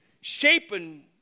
shaping